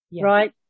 right